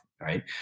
right